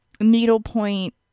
needlepoint